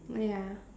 ya